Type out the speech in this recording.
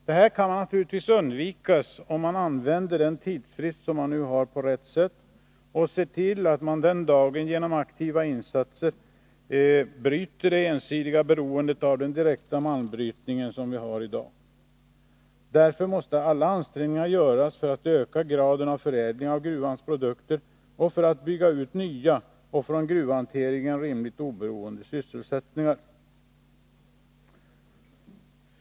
Detta kan naturligtvis undvikas om man använder den tidsfrist man nu har på rätt sätt, och ser till att man den dagen genom aktiva insatser bryter det ensidiga beroende av den direkta malmbrytningen som vi har i dag. Därför måste alla ansträngningar göras för att öka graden av förädling av gruvans produkter och för att bygga ut nya och från gruvhanteringen rimligt oberoende sysselsättningar.